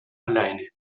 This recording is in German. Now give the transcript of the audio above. alleine